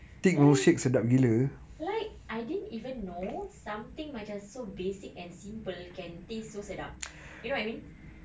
like like I didn't even know something macam so basic and simple can taste so sedap you know what I mean